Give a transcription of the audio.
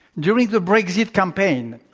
during the brexit campaign,